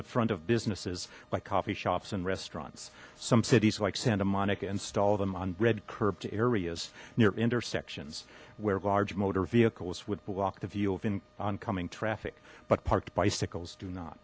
the front of businesses by coffee shops and restaurants some cities like santa monica install them on red curb to areas near intersections where large motor vehicles would block the view of in oncoming traffic but parked bicycles do not